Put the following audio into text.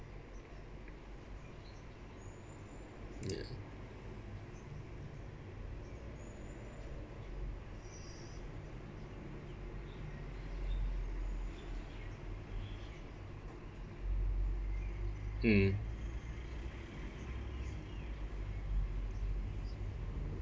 ya mm